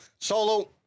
Solo